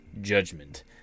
judgment